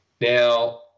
Now